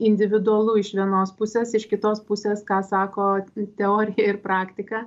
individualu iš vienos pusės iš kitos pusės ką sako teorija ir praktika